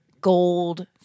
gold